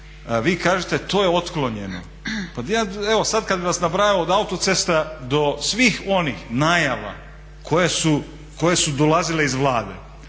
vi kažete to je otklonjeno, pa evo sad kad bi vam nabrajao od autocesta do svih onih najava koje su dolazile iz Vlade,